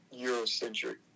Eurocentric